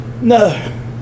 No